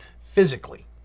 physically